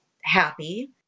happy